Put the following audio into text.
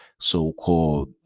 so-called